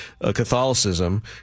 Catholicism